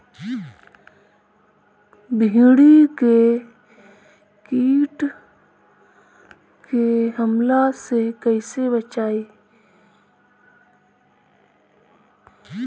भींडी के कीट के हमला से कइसे बचाई?